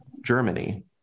Germany